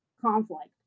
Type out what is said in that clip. conflict